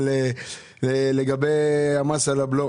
לגבי המס על הבלו,